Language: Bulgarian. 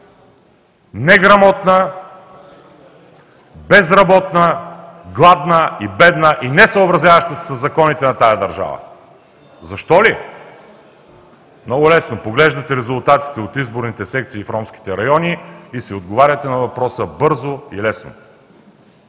неграмотна, безработна, гладна и бедна, и несъобразяваща се със законите на тази държава. Защо ли? Много лесно – поглеждате резултатите от изборните секции в ромските райони, и си отговаряте на въпроса бързо и лесно.